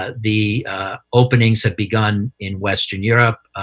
ah the openings have begun in western europe,